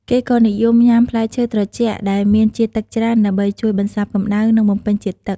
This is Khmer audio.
គេក៏និយមញុំា ផ្លែឈើត្រជាក់ដែលមានជាតិទឹកច្រើន ដើម្បីជួយបន្សាបកម្ដៅ និងបំពេញជាតិទឹក។